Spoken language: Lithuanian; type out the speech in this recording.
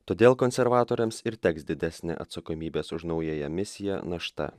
todėl konservatoriams ir teks didesnė atsakomybės už naująją misiją našta